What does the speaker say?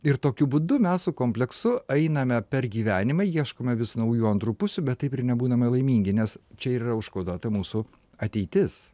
ir tokiu būdu mes su kompleksu einame per gyvenimą ieškome vis naujų antrų pusių bet taip ir nebūname laimingi nes čia ir yra užkoduota mūsų ateitis